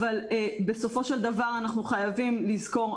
אבל בסופו של דבר אנחנו חייבים לזכור,